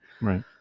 Right